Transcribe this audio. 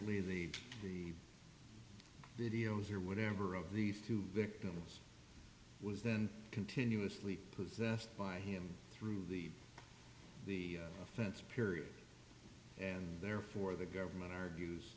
the the videos or whatever of the through victims was then continuously possessed by him through the the fence period and therefore the government argues